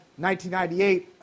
1998